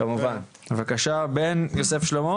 כמובן רשות הדיבור שלך.